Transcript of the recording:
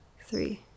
three